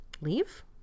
leave